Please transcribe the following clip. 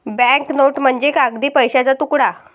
bank note म्हणजे कागदी पैशाचा तुकडा